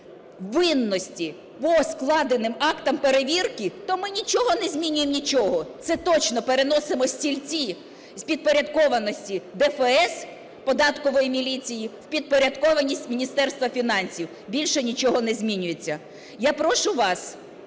винності по складених актах перевірки, то ми нічого не змінюємо, нічого. Це точно переносимо стільці з підпорядкованості ДФС – податкової міліції в підпорядкованість Міністерства фінансів, більше нічого не змінюється. Я прошу вас,